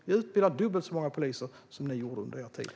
Vi utbildar dubbelt så många poliser som ni gjorde under er tid.